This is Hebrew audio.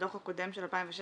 הדוח הקודם של 2016